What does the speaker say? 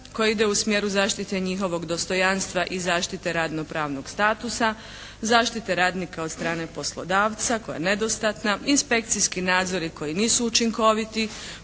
koji ide u smjeru zaštite njihovog dostojanstva i zaštite radno pravnog statusa, zaštite radnika od strane poslodavca koja je nedostatna, inspekciji nadzori koji nisu učinkoviti.